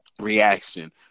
reaction